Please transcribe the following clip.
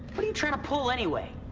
what are you trying to pull anyway?